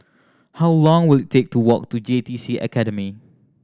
how long will it take to walk to J T C Academy